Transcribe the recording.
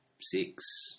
six